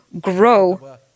grow